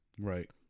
Right